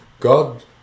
God